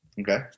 Okay